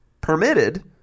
permitted